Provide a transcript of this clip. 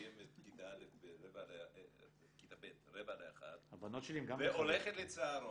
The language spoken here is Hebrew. מסיימת כיתה ב' ברבע לאחת והולכת לצהרון,